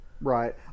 Right